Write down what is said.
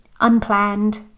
unplanned